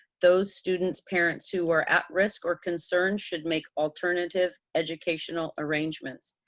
those students' parents who are at risk or concerned should make alternative educational arrangements.